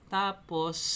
tapos